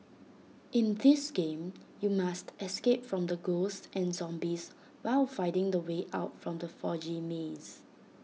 in this game you must escape from the ghosts and zombies while finding the way out from the foggy maze